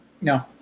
No